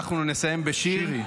אנחנו נסיים בשיר.